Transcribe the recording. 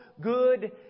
good